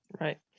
Right